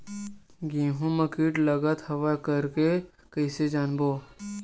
गेहूं म कीट लगत हवय करके कइसे जानबो?